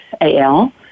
AL